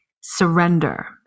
Surrender